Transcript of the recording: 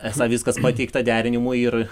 esą viskas pateikta derinimui ir